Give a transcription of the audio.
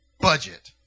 Budget